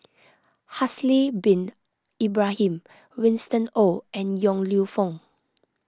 Haslir Bin Ibrahim Winston Oh and Yong Lew Foong